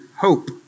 hope